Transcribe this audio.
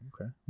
okay